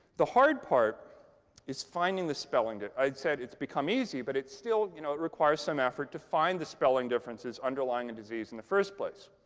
the hard part is finding the spelling i said it's become easy, but it still you know requires some effort to find the spelling differences underlying a disease in the first place.